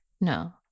No